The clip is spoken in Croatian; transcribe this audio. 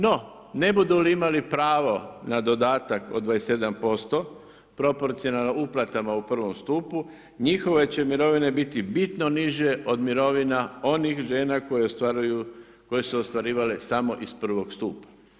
No, ne budu li imali pravo na dodatak od 27%, proporcionalno uplatama u I stupu, njihove će mirovine biti bitno niže od mirovina onih žena koje su ostvarivale samo iz I stupa.